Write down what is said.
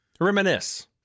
Reminisce